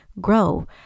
grow